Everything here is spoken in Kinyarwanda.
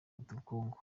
ubukungu